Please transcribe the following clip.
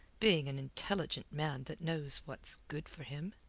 being an intelligent man that knows what's good for him.